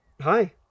Hi